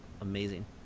amazing